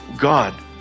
God